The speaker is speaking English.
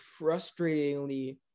frustratingly